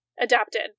adapted